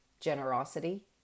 Generosity